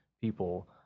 people